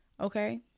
Okay